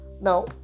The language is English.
Now